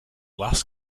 last